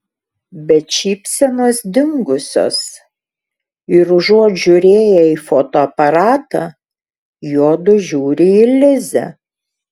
bet šypsenos dingusios ir užuot žiūrėję į fotoaparatą juodu žiūri į lizę